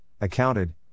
accounted